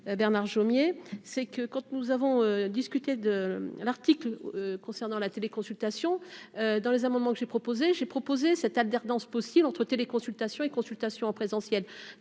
Bernard Jomier c'est que quand tu nous avons discuté de l'article concernant la télé consultation dans les amendements que j'ai proposé, j'ai proposé cette alternance possible entre téléconsultation et consultations en présentiel